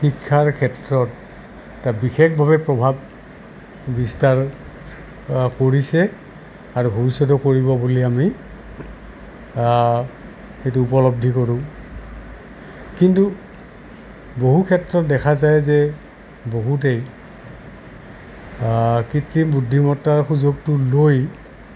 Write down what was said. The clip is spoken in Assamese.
শিক্ষাৰ ক্ষেত্ৰত এটা বিশেষভাৱে প্ৰভাৱ বিস্তাৰ কৰিছে আৰু ভবিষ্যতেও কৰিব বুলি আমি সেইটো উপলব্ধি কৰোঁ কিন্তু বহু ক্ষেত্ৰত দেখা যায় যে বহুতেই কৃত্ৰিম বুদ্ধিমতাৰ সুযোগটো লৈ